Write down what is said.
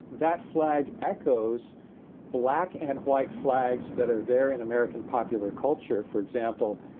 that flag echoes black and white flags that are there in american popular culture. for example,